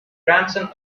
grandson